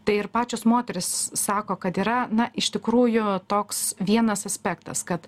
tai ir pačios moterys sako kad yra na iš tikrųjų toks vienas aspektas kad